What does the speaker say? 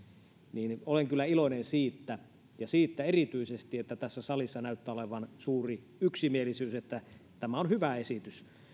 niin olen kyllä iloinen siitä ja erityisesti olen iloinen siitä että tässä salissa näyttää olevan suuri yksimielisyys että tämä on hyvä esitys